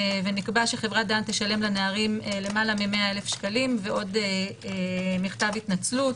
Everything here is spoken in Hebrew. ונקבע שחברת דן תשלם לנערים למעלה מ-100,000 שקלים ועוד מכתב התנצלות.